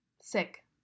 Sick